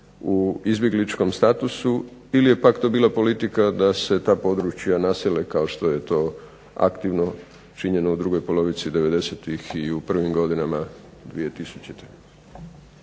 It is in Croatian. u izbjegličkom statusu ili je pak to bila politika da se ta područja nasele kao što je to aktivno činjeno u drugoj polovici devedesetih i u prvim godinama dvije